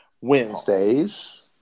Wednesdays